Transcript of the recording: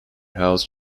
housed